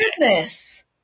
goodness